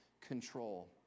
control